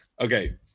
Okay